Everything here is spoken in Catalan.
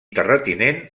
terratinent